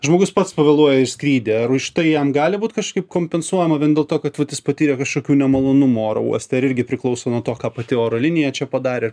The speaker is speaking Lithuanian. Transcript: žmogus pats pavėluoja į skrydį ar už tai jam gali būt kažkaip kompensuojama vien dėl to kad vat jis patyrė kažkokių nemalonumų oro uoste ar irgi priklauso nuo to ką pati oro linija čia padarė